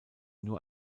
nur